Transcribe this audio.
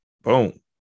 Boom